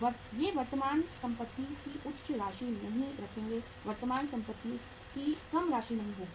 वे वर्तमान संपत्ति की उच्च राशि नहीं रखेंगे वर्तमान संपत्ति की कम राशि नहीं होगी